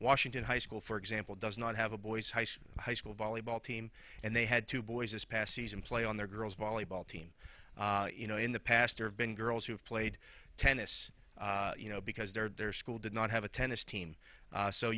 washington high school for example does not have a boys heisman high school volleyball team and they had two boys this past season play on their girls volleyball team you know in the past there have been girls who have played tennis you know because their school did not have a tennis team